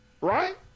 right